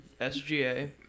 SGA